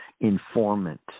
informant